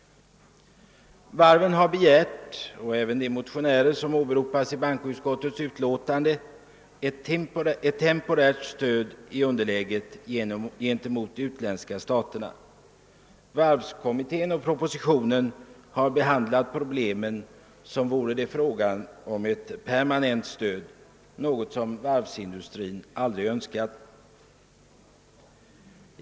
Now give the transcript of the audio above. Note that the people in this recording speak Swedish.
Varven har begärt — och även de motionärer som åberopas i bankoutskottets utlåtande — ett temporärt stöd i underläget gentemot de utländska staterna. Varvskommittén och regeringen har behandlat problemen som om det vore fråga om ett permanent stöd, något som varvsindustrin aldrig önskat.